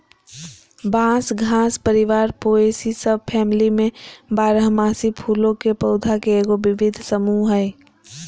बांस घास परिवार पोएसी सबफैमिली में बारहमासी फूलों के पौधा के एगो विविध समूह हइ